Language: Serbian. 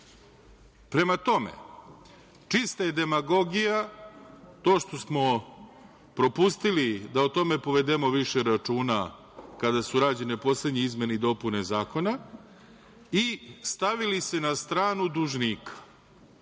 Prema tome, čista je demagogija to što smo propustili da o tome povedemo više računa kada su rađene poslednje izmene i dopune zakona i stavili se na stranu dužnika. Uvažene